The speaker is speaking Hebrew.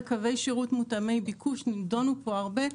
ראשית, קווי השירות מותאמי ביקוש נידונו פה הרבה.